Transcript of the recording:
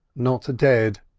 not dead,